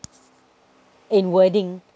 in wording